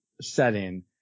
setting